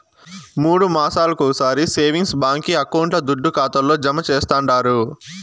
మూడు మాసాలొకొకసారి సేవింగ్స్ బాంకీ అకౌంట్ల దుడ్డు ఖాతాల్లో జమా చేస్తండారు